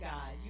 God